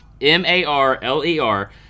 M-A-R-L-E-R